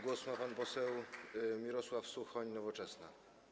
Głos ma pan poseł Mirosław Suchoń, Nowoczesna.